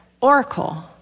oracle